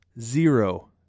Zero